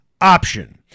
option